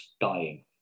dying